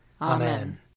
Amen